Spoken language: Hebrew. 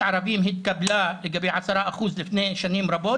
ערבים התקבלה לגבי 10% לפני שנים רבות.